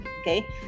okay